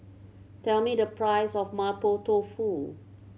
tell me the price of Mapo Tofu